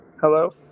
Hello